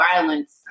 violence